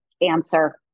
answer